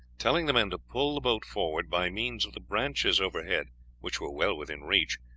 telling the men to pull the boat forward by means of the branches overhead which were well within reach,